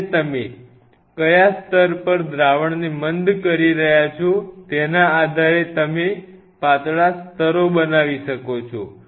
અને તમે કયા સ્તર પર દ્રાવણ ને મંદ કરી રહ્યા છો તેના આધારે તમે પાતળા સ્તરો બનાવી શકો છો